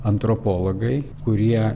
antropologai kurie